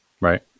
Right